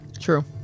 True